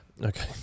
okay